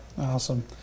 Awesome